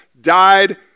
died